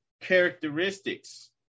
characteristics